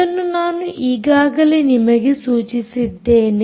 ಅದನ್ನು ನಾನು ಈಗಾಗಲೇ ನಿಮಗೆ ಸೂಚಿಸಿದ್ದೇನೆ